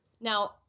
now